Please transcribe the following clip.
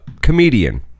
Comedian